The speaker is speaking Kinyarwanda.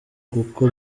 kuko